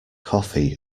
coffee